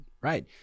right